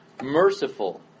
Merciful